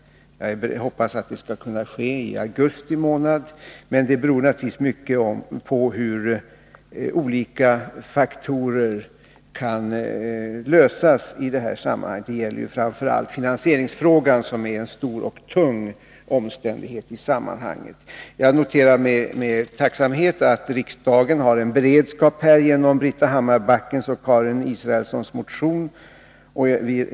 Jag hoppas att det skall kunna ske i augusti månad, men det beror naturligtvis mycket på hur olika faktorer kan utveckla sig. I detta sammanhang är framför allt finansieringsfrågan en stor och tung omständighet. Jag noterar med tacksamhet att riksdagen har en beredskap på området genom Britta Hammarbackens och Karin Israelssons motion.